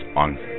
on